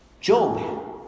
Job